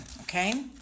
okay